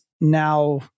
now